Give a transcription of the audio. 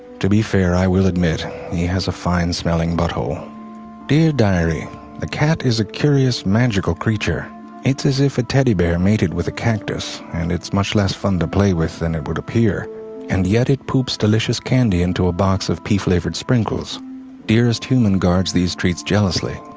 to be fair i will admit he has a fine smelling butthole dear diary the cat is a curious magical creature it's as if a teddybear mated with a cactus and it's much less fun to play with then it would appear and yet it poops delicious candy into a box of pee flavored sprinkles dearest human guards these treats jealously,